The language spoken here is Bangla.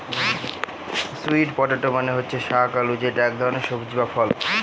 স্যুইট পটেটো মানে হচ্ছে শাক আলু যেটা এক ধরনের সবজি বা ফল